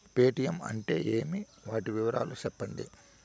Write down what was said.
Paytm అంటే ఏమి, వాటి వివరాలు సెప్పండి?